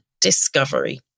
discovery